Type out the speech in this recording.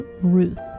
Ruth